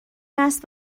است